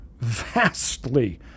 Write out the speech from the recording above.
vastly